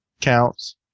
counts